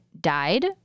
died